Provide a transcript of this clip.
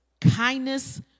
kindness